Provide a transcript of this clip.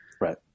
Right